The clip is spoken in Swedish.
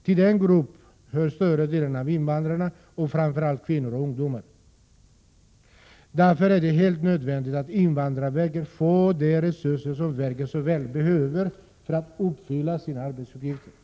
Till den gruppen hör större delen av invandrarna, framför allt kvinnor och ungdomar. Därför är det helt nödvändigt att invandrarverket får de resurser som verket så väl behöver för att kunna uppfylla sina arbetsuppgifter. Prot.